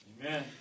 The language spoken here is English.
Amen